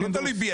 זה לא תלוי בי,